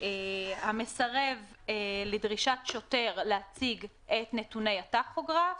המסרב לדרישת שוטר להציג את נתוני הטכוגרף,